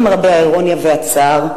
למרבה האירוניה והצער,